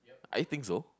I think so